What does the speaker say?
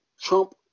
Trump